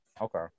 Okay